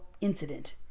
Incident